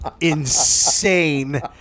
insane